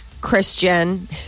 Christian